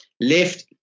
left